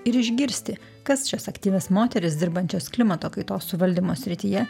ir išgirsti kas šias aktyvias moteris dirbančias klimato kaitos valdymo srityje